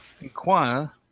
inquire